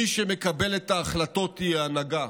מי שמקבל את ההחלטות הוא ההנהגה,